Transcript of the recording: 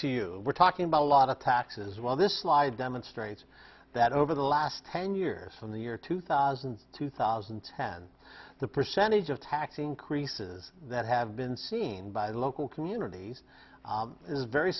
to you we're talking about a lot of taxes well this slide demonstrates that over the last ten years from the year two thousand two thousand and ten the percentage of tax increases that have been seen by the local communities is very